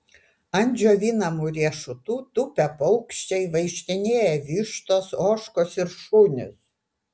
ant džiovinamų riešutų tupia paukščiai vaikštinėja vištos ožkos ir šunys